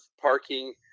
parking